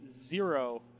zero